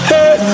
Hey